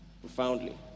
profoundly